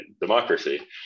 democracy